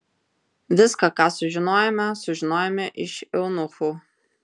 viską ką sužinojome sužinojome iš eunuchų